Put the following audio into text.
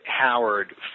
Howard